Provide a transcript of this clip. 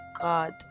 God